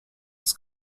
des